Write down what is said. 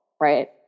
right